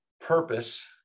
purpose